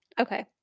Okay